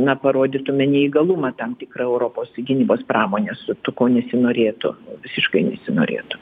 na parodytume neįgalumą tam tikrą europos gynybos pramonės ko nesinorėtų visiškai nesinorėtų